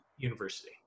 university